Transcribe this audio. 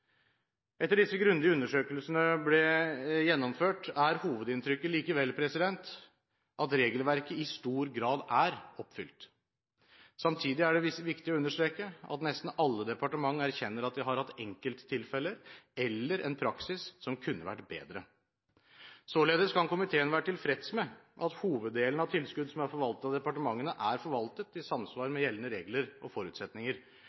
Etter at disse grundige undersøkelsene ble gjennomført, er hovedinntrykket likevel at regelverket i stor grad er oppfylt. Samtidig er det viktig å understreke at nesten alle departementer erkjenner at de har hatt enkelttilfeller eller en praksis som kunne vært bedre. Således kan komiteen være tilfreds med at hoveddelen av tilskudd som er forvaltet av departementene, er forvaltet i samsvar med gjeldende regler og forutsetninger.